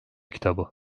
kitabı